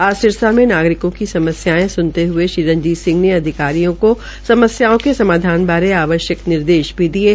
आज सिरसा में नागरिकों की समस्यायें सुनने हये श्री रणजीत सिंह ने अधिकरियों को समस्याओं के समाधान बारे आवश्यक निर्देश भी दिये